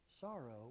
sorrow